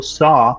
saw